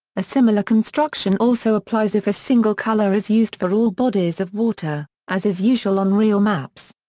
a similar construction also applies if a single color is used for all bodies of water, as is usual on real maps.